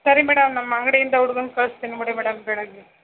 ಸರಿ ಮೇಡಮ್ ನಮ್ಮ ಅಂಗಡಿಯಿಂದ ಹುಡ್ಗನ್ನ ಕಳಿಸ್ತೀನಿ ಬಿಡಿ ಮೇಡಮ್ ಬೆಳಿಗ್ಗೆ